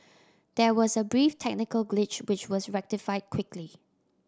there was a brief technical glitch which was rectified quickly